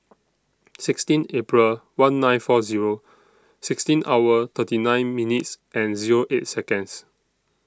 sixteen April one nine four Zero sixteen hour thirty nine minutes and Zero eight Seconds